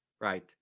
right